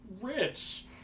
rich